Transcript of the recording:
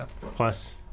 Plus